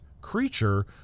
creature